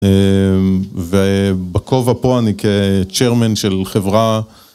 ובכובע פה אני כchair man של חברה